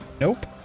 Nope